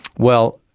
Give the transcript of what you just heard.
well,